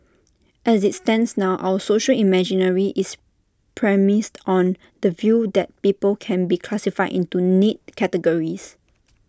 as IT stands now our social imaginary is premised on the view that people can be classified into neat categories